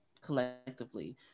collectively